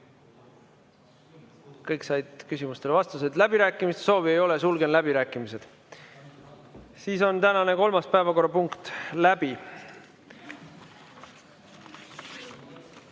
Kõik said küsimustele vastused, läbirääkimiste soovi ei ole. Sulgen läbirääkimised. Tänane kolmas päevakorrapunkt on läbi.